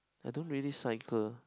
I don't really cycle